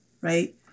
right